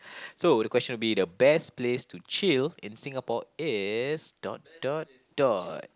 so the question will be the best place to chill in Singapore is dot dot dot